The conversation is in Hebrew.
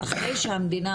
אחרי שהמדינה,